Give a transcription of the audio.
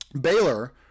Baylor